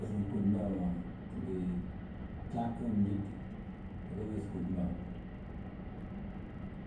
Ghόdim bàa ma, ngi gta we binjédte biga mes ghόdim bàa ma.